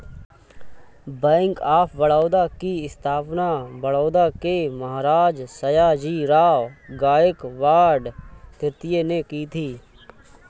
bank of Baroda की स्थापना बड़ौदा के महाराज सयाजीराव गायकवाड तृतीय ने की थी